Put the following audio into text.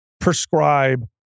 prescribe